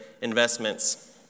investments